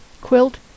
Quilt